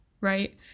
right